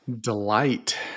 Delight